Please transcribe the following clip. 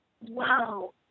Wow